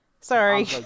sorry